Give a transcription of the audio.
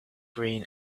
green